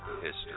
history